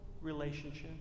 relationship